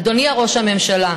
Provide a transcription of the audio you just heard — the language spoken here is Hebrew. אדוני ראש הממשלה,